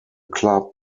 club